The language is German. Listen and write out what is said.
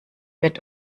wird